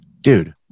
Dude